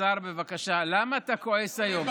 בבקשה, למה אתה כועס היום?